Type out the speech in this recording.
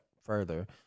further –